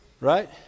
Right